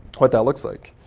what that looks like.